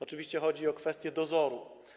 Oczywiście chodzi o kwestię dozoru.